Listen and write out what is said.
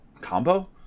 combo